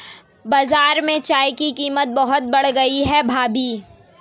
बाजार में चाय की कीमत बहुत बढ़ गई है भाभी